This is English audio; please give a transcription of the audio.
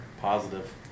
Positive